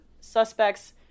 suspects